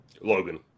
Logan